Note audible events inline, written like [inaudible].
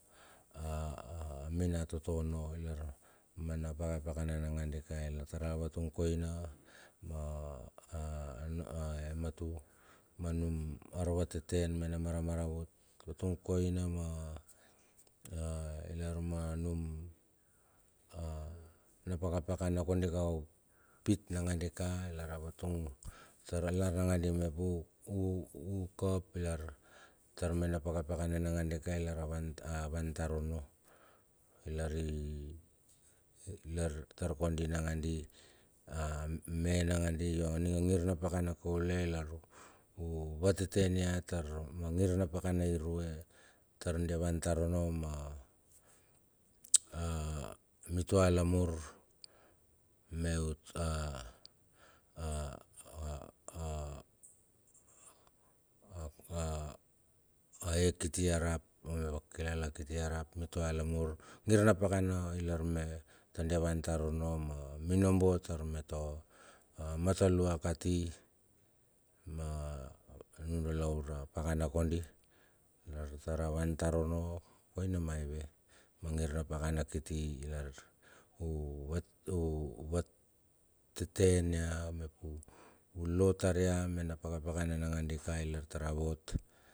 A a minatoto no ilar mena pakapakana na dika lar tar a vatung koina ma a a e matu manum ar vateten mena maramara vut, vatunag kana ma a a ilar ma nure a na pakapakana kodika u pit nangadika lar a vatung taralar nakadi u u uka ap lar, tar mena pakapakana nadika ilar a van a vauntar onno. Lari i lar ta kodi nangadi ame nanga di yo ninga angir na pakana kaule lar u vateten ya tar ma ngir na pakana ireu tar dia vantar onno. Ma [noise] a mitua lamur me ut a a a a a ye kiti ya rap akilala kiti ya rap mitua lamur nir napakana ilar me tar onno ma minobo tar me ta matalua kati ma nundala ura pakana kodi lar tar a van tar onno koina maiva. A ngir na pakana kiti ilar u vat u vat teten ya mep u lotar ia mena pakapakana nagandika ilar tar avot.